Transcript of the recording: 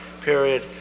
period